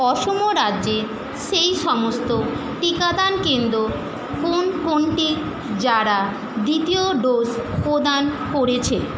অসম রাজ্যে সেই সমস্ত টিকাদান কেন্দ্র কোন কোনটি যারা দ্বিতীয় ডোজ প্রদান করেছে